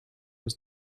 was